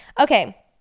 okay